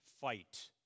fight